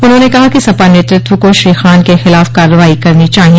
उन्होंने कहा कि सपा नेतृत्व को श्री खान के खिलाफ कार्रवाई करनी चाहिए